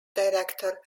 director